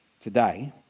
today